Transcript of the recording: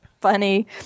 funny